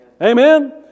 Amen